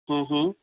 اوہوں ہوں